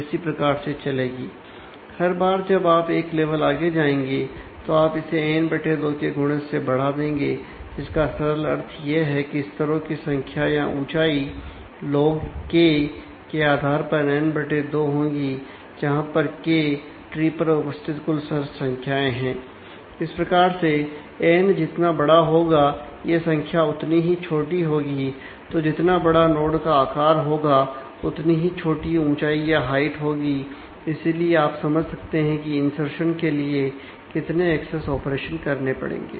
इस प्रकार से अगले स्तर पर एन बटे दो करने पड़ेंगे